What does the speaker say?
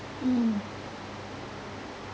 mm